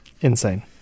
Insane